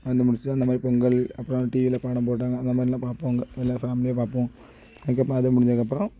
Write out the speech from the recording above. வந்து முடித்து அந்த மாதிரி பொங்கல் அப்பறம் டிவியில படம் போட்டாங்க அந்த மாதிரிலாம் பார்ப்போம் அங்கே எல்லா ஃபேம்லியாக பார்ப்போம் அதுக்கப்பறம் அது முடிஞ்சதுக்கப்பறம்